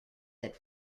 that